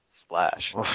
splash